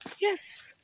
Yes